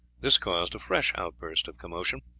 this caused a fresh outburst of commotion.